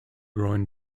grown